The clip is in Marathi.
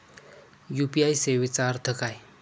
यू.पी.आय सेवेचा अर्थ काय?